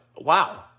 Wow